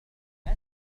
اسم